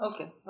Okay